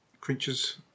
creatures